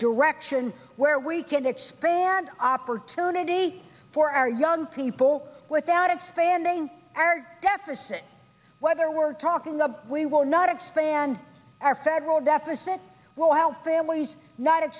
direction where we can expand opportunity for our young people without expanding our deficit whether we're talking the we will not expand our federal deficit while families not